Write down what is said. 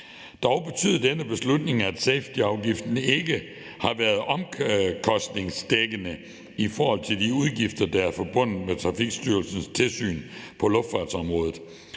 Dog betyder denne beslutning, at safetyafgiften ikke har været omkostningsdækkende i forhold til de udgifter, der er forbundet med Trafikstyrelsens tilsyn på luftfartsområdet,